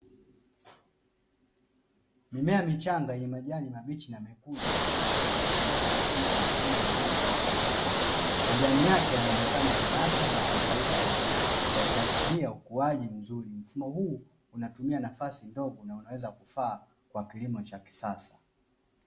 Mimea michanga yenye majani mabichi na mekundu imechipuka kutoka kwenye shimo la mfumo mweupe wa hydroponi, majani yake yanaonekana yenye afya na yamepauka vizuri yakiashiria ukuaji mzuri, mfumo huu unatumia nafasi ndogo na unaweza kufaa kwa kilimo cha kisasa.